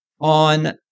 On